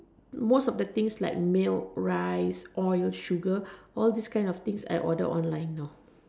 most of the things like milk rice oil sugar all this kind of things I order online now